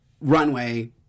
runway